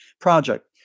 Project